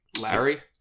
larry